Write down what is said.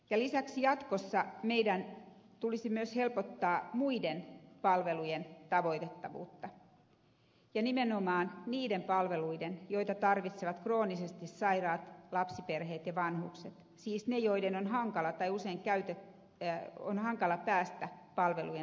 lisäksi jatkossa meidän tulisi myös helpottaa muiden palvelujen tavoitettavuutta ja nimenomaan niiden palveluiden joita tarvitsevat kroonisesti sairaat lapsiperheet ja vanhukset siis ne joiden on hankala tajusin käyty ey on hankala päästä palvelujen luokse